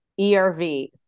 ERV